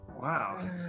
Wow